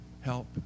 help